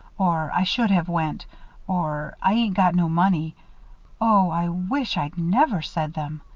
or i should have went or i ain't got no money oh, i wish i'd never said them.